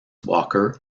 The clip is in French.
walker